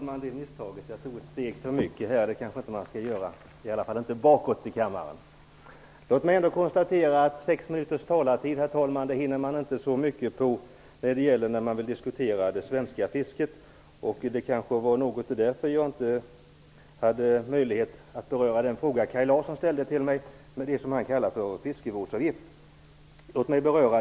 Herr talman! På sex minuters taletid hinner man inte så mycket när man vill diskutera det svenska fisket. Det var det som gjorde att jag inte hade möjlighet att beröra den fråga som Kaj Larsson ställde till mig om det han kallar för fiskevårdsavgift.